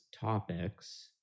topics